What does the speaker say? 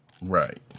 Right